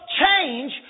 change